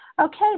Okay